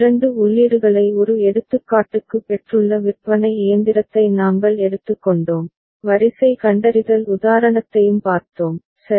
இரண்டு உள்ளீடுகளை ஒரு எடுத்துக்காட்டுக்கு பெற்றுள்ள விற்பனை இயந்திரத்தை நாங்கள் எடுத்துக்கொண்டோம் வரிசை கண்டறிதல் உதாரணத்தையும் பார்த்தோம் சரி